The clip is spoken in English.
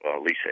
Lisa